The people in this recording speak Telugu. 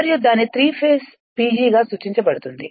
మరియు దాని త్రీ ఫేస్ PG గా సూచించబడుతుంది